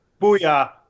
booyah